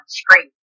screen